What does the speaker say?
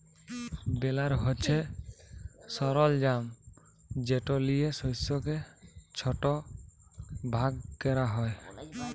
বেলার হছে সরলজাম যেট লিয়ে শস্যকে ছট ভাগ ক্যরা হ্যয়